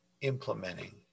implementing